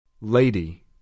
Lady